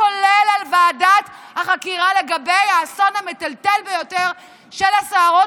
כולל על ועדת החקירה לגבי האסון המטלטל ביותר של הסוהרות